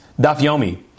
Dafyomi